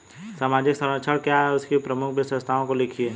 सामाजिक संरक्षण क्या है और इसकी प्रमुख विशेषताओं को लिखिए?